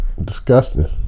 Disgusting